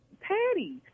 patty